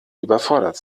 überfordert